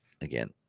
again